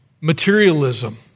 materialism